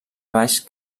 baix